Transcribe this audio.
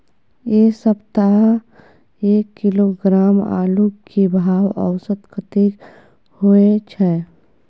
ऐ सप्ताह एक किलोग्राम आलू के भाव औसत कतेक होय छै?